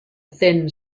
thin